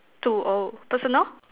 two oh personal